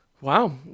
Wow